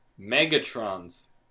Megatron's